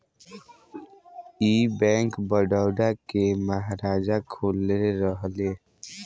ई बैंक, बड़ौदा के महाराजा खोलले रहले